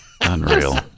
Unreal